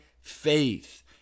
faith